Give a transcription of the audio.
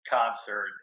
Concert